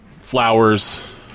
Flowers